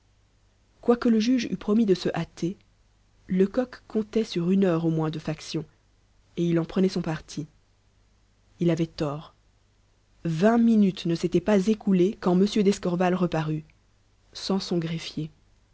quoique le juge eût promis de se hâter lecoq comptait sur une heure au moins de faction et il en prenait son parti il avait tort vingt minutes ne s'étaient pas écoulées quand m d'escorval reparut sans son greffier